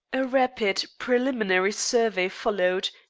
a rapid preliminary survey followed,